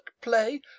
play